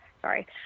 sorry